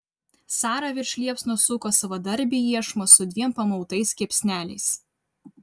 sara virš liepsnos suko savadarbį iešmą su dviem pamautais kepsneliais